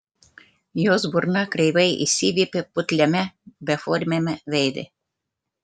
jos burna kreivai išsiviepė putliame beformiame veide